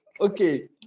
Okay